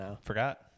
forgot